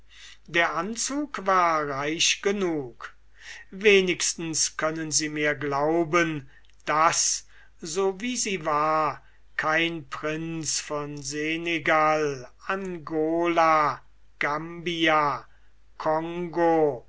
der anzug war reich genug wenigstens können sie mir glauben daß so wie sie war kein prinz von senegal angola